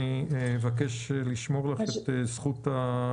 אני אבקש לשמור לך את זכות הדיבור.